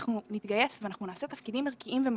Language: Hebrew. אנחנו נתגייס ואנחנו נעשה תפקידים ערכיים ומשמעותיים,